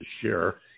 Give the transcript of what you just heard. share